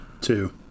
Two